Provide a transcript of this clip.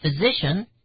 physician